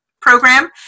program